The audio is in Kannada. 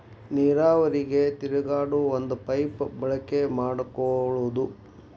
ನೇರಾವರಿಗೆ ತಿರುಗಾಡು ಒಂದ ಪೈಪ ಬಳಕೆ ಮಾಡಕೊಳುದು